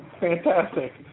Fantastic